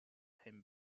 ten